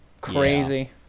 crazy